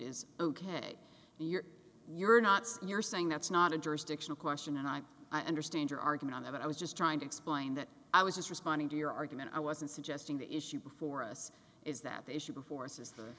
is ok and you're you're not so you're saying that's not a jurisdictional question and i'm i understand your argument on that but i was just trying to explain that i was responding to your argument i wasn't suggesting the issue before us is that the issue before us is the